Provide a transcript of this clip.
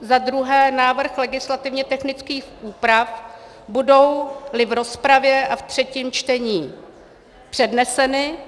Za druhé návrh legislativně technických úprav, budouli v rozpravě a ve třetím čtení předneseny.